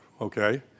okay